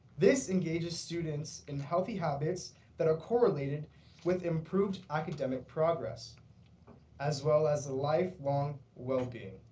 this engages students in healthy habits that are correlated with improved academic progress as well as a lifelong well being.